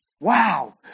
Wow